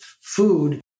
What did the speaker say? food